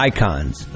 Icons